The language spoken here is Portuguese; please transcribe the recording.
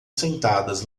sentadas